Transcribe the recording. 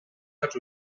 dels